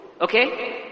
Okay